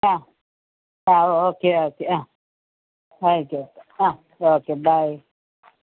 ആ ആ okay okay ആ ആയിക്കോട്ടെ ആ ഓക്കെ ബായ്